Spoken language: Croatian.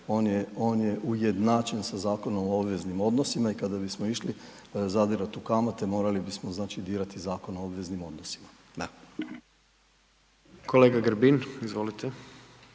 on je ujednačen sa Zakonom o obveznim odnosima i kada bismo išli zadirat u kamate morali bismo dirati Zakon o obveznim odnosima. **Jandroković,